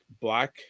black